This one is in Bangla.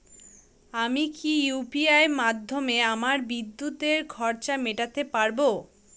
আমি কি ইউ.পি.আই মাধ্যমে আমার বিদ্যুতের খরচা মেটাতে পারব?